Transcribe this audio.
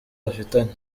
bafitanye